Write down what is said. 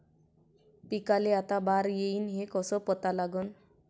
पिकाले आता बार येईन हे कसं पता लागन?